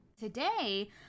Today